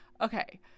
okay